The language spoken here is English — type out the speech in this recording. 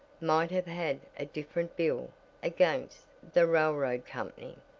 might have had a different bill against the railroad company.